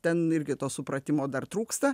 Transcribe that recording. ten irgi to supratimo dar trūksta